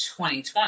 2020